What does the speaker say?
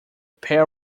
pair